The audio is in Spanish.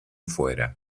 fuera